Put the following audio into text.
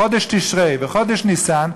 בחודש תשרי ובחודש ניסן,